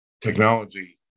technology